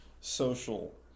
social